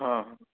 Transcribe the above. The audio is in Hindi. हाँ